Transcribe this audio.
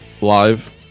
Live